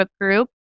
group